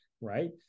right